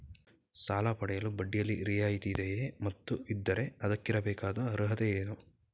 ಸಾಲ ಪಡೆಯಲು ಬಡ್ಡಿಯಲ್ಲಿ ರಿಯಾಯಿತಿ ಇದೆಯೇ ಮತ್ತು ಇದ್ದರೆ ಅದಕ್ಕಿರಬೇಕಾದ ಅರ್ಹತೆ ಏನು?